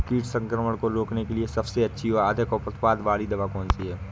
कीट संक्रमण को रोकने के लिए सबसे अच्छी और अधिक उत्पाद वाली दवा कौन सी है?